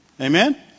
Amen